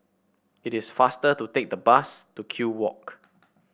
it is faster to take the bus to Kew Walk